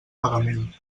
pagament